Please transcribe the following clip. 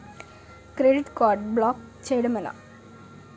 Credit card block చేయడం ఎలా?